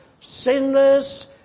sinless